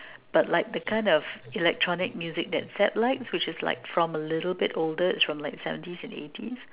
but like the kind of electronic music that Seb likes which is like from a little bit older it's from like seventies and eighties